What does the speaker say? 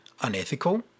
unethical